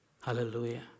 Hallelujah